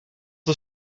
het